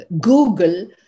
Google